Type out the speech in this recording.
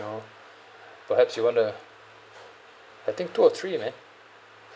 you know perhaps you want to I think two or three meh